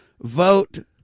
vote